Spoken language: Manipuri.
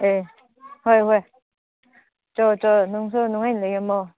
ꯑꯦ ꯍꯣꯏ ꯍꯣꯏ ꯆꯣꯆꯣ ꯅꯪꯁꯨ ꯅꯨꯡꯉꯥꯏꯅ ꯂꯩꯔꯝꯃꯣ